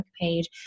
page